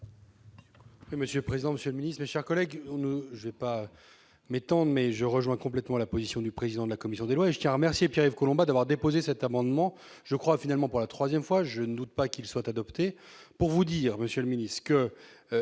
Monsieur, Président de sionisme chaque collègue je vais pas m'étendre mais je rejoins complètement la position du président de la commission des lois a merci Pierre-Yves Collombat d'avoir déposé cet amendement je crois finalement pour la 3ème fois je ne doute pas qu'il soit adopté, pour vous dire Monsieur le ménisque